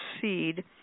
seed